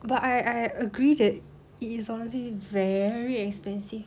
but I I agree that it is honestly very expensive